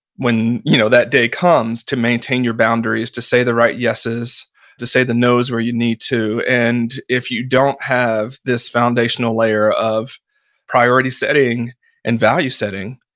when you know that day comes, to maintain your boundaries, to say the right yeses to say the noes where you need to. and if you don't have this foundational layer of priority-setting and value-setting,